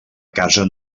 casa